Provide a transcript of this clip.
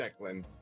Declan